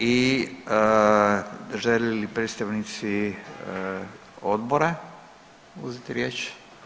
I želi li predstavnici odbora uzeti riječ?